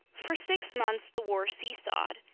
for six months the war seesawed.